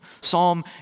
Psalm